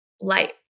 light